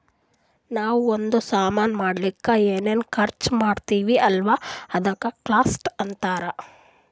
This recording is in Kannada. ನಾವೂ ಒಂದ್ ಸಾಮಾನ್ ಮಾಡ್ಲಕ್ ಏನೇನ್ ಖರ್ಚಾ ಮಾಡ್ತಿವಿ ಅಲ್ಲ ಅದುಕ್ಕ ಕಾಸ್ಟ್ ಅಂತಾರ್